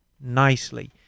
nicely